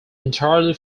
entirely